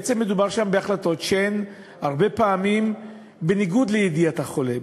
בעצם מדובר שם בהחלטות שהן הרבה פעמים בניגוד לידיעת החולה,